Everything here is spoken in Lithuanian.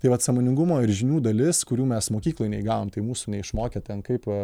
tai vat sąmoningumo ir žinių dalis kurių mes mokykloj neįgaunam tai mūsų neišmokė ten kaip